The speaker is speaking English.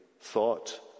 thought